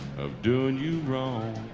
of doing you wrong.